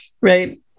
right